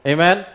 Amen